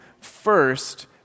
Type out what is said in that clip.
First